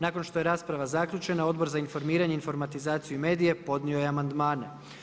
Nakon što je rasprava zaključena Odbor za informiranje, informatizaciju i medije podnio je amandmane.